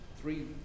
three